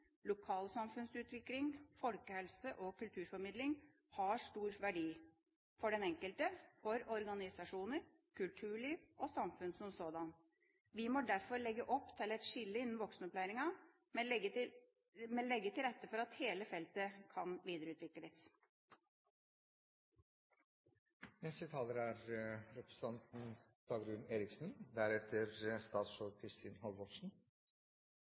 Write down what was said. lokalsamfunnsutvikling, folkehelse og kulturformidling, har stor verdi – for den enkelte, for organisasjoner, for kulturliv og for samfunnet som sådant. Vi må derfor legge opp til et skille innen voksenopplæringa, men legge til rette for at hele feltet kan videreutvikles. Vårt samfunn er